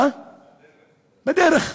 בדרך,